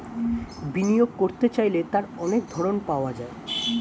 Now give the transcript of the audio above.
বিনিয়োগ করতে চাইলে তার অনেক ধরন পাওয়া যায়